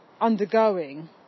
undergoing